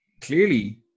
clearly